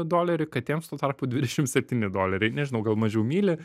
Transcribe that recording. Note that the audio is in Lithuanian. dolerį katėms tuo tarpu dvidešim septyni doleriai nežinau gal mažiau myli